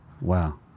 Wow